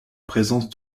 présence